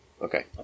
Okay